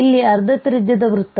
ಇಲ್ಲಿ ಅರ್ಧ ತ್ರಿಜ್ಯದ ವೃತ್ತ